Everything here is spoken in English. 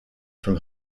from